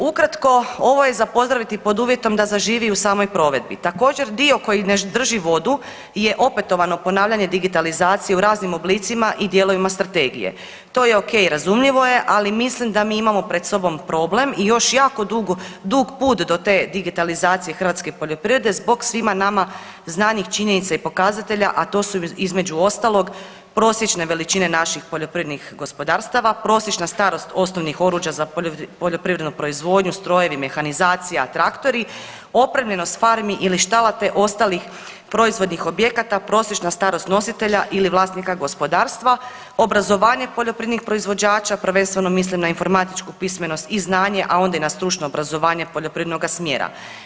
Ukratko, ovo je za pozdraviti pod uvjetom da zaživi u samoj provedbi, također, dio koji ne drži vodu je opetovano ponavljanje digitalizacije u raznim oblicima i dijelovima Strategije, razumljivo je, ali mislim da mi imamo pred sobom problem i još jako dug put do te digitalizacije hrvatske poljoprivrede zbog svima nama znanih činjenica i pokazatelja, a to su između ostalog, prosječne veličine naših poljoprivrednih gospodarstava, prosječna starost osnovnih oruđa za poljoprivrednu proizvodnju, strojevi, mehanizacija, traktori, opremljenost farmi ili štala te ostalih proizvodnih objekata, prosječna starost nositelja ili vlasnika gospodarstva, obrazovanje poljoprivrednih proizvođača, prvenstveno mislim na informatičku pismenost i znanje, a onda i na stručno obrazovanje poljoprivrednoga smjera.